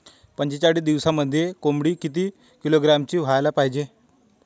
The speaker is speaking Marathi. पंचेचाळीस दिवसामंदी कोंबडी किती किलोग्रॅमची व्हायले पाहीजे?